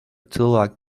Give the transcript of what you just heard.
cilvēku